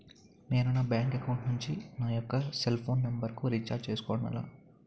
నేను నా bank account నుంచి నా యెక్క సెల్ ఫోన్ నంబర్ కు రీఛార్జ్ చేసుకోవడం ఎలా?